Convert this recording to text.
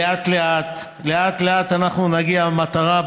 לאט-לאט, לאט-לאט אנחנו נגיע למטרה.